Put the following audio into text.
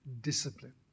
Discipline